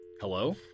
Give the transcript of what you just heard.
Hello